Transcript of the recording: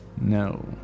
No